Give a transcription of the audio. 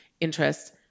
interest